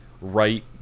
right